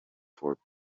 for